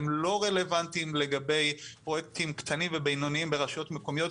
הם לא רלוונטיים לגבי פרויקטים קטנים ובינוניים ברשויות מקומיות,